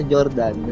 Jordan